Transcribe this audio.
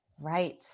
Right